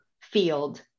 field